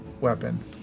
weapon